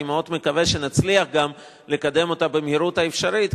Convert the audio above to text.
אני מאוד מקווה שנצליח לקדם אותה במהירות האפשרית,